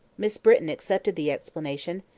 miss britton accepted the explanation,